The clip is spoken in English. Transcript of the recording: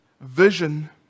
vision